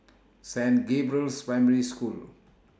Saint Gabriel's Primary School